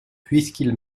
puisqu’il